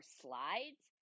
slides